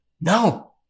No